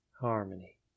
harmony